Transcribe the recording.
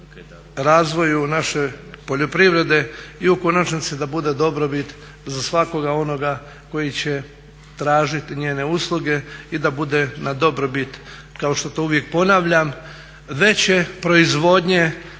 razvoju naše poljoprivrede i u konačnici da bude dobrobit za svakoga onoga koji će tražiti njene usluge i da bude na dobrobit, kao što to uvijek ponavljam, veće proizvodnje